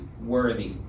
worthy